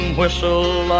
whistle